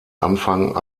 anfang